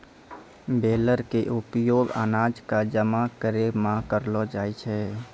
baler के उपयोग अनाज कॅ जमा करै मॅ करलो जाय छै